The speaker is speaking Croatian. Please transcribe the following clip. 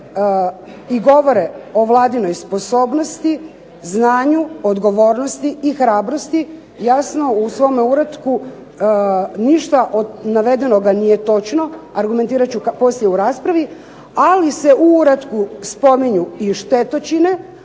i govore o Vladinoj sposobnosti, znanju, odgovornosti i hrabrosti. Jasno u svome uratku ništa od navedenoga nije točno. Argumentirat ću poslije u raspravi, ali se u uratku spominju i štetočine,